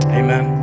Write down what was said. amen